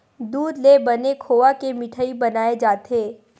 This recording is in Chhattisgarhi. दूद ले बने खोवा के मिठई बनाए जाथे